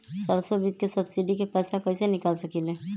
सरसों बीज के सब्सिडी के पैसा कईसे निकाल सकीले?